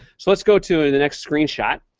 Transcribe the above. so let's go to the next screenshot.